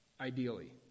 ideally